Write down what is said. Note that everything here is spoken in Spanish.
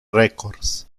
records